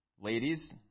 ladies